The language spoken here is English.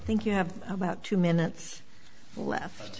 you think you have about two minutes left